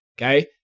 okay